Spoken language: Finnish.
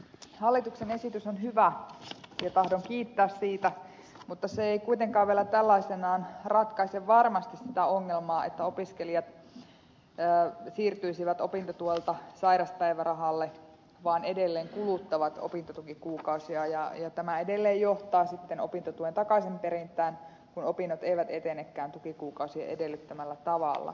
hallituksen esitys on hyvä ja tahdon kiittää siitä mutta se ei kuitenkaan vielä tällaisenaan ratkaise varmasti sitä ongelmaa että opiskelijat siirtyisivät opintotuelta sairauspäivärahalle vaan he edelleen kuluttavat opintotukikuukausia ja tämä edelleen johtaa opintotuen takaisinperintään kun opinnot eivät etenekään tukikuukausien edellyttämällä tavalla